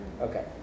Okay